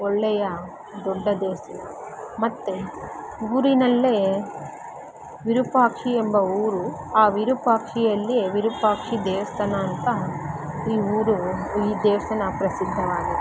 ಒಳ್ಳೆಯ ದೊಡ್ಡ ದೇವಸ್ಥಾನ ಮತ್ತು ಊರಿನಲ್ಲೇ ವಿರೂಪಾಕ್ಷಿ ಎಂಬ ಊರು ಆ ವಿರೂಪಾಕ್ಷಿಯಲ್ಲೇ ವಿರೂಪಾಕ್ಷ ದೇವಸ್ಥಾನ ಅಂತ ಈ ಊರು ಈ ದೇವಸ್ಥಾನ ಪ್ರಸಿದ್ಧವಾಗಿದೆ